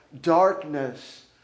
darkness